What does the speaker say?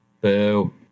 boo